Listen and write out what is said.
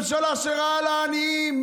ממשלה שרעה לעניים,